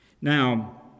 Now